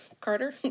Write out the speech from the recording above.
Carter